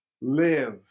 live